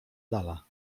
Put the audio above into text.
dala